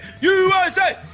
USA